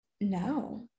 No